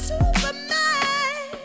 Superman